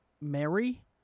Mary